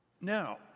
Now